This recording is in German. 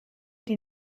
die